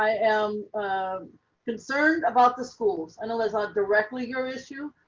ah am concerned about the schools and alyssa directly your issue,